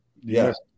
Yes